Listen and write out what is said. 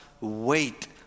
wait